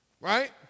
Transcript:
Right